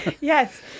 yes